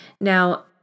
Now